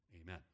Amen